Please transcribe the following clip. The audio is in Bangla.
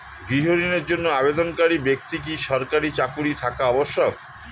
গৃহ ঋণের জন্য আবেদনকারী ব্যক্তি কি সরকারি চাকরি থাকা আবশ্যক?